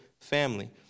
family